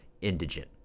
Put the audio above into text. indigent